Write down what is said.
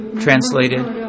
translated